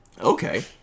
Okay